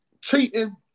Cheating